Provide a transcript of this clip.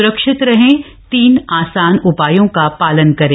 स्रक्षित रहें और तीन आसान उपायों का पालन करें